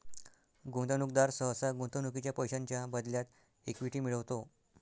गुंतवणूकदार सहसा गुंतवणुकीच्या पैशांच्या बदल्यात इक्विटी मिळवतो